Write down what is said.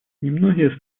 немногие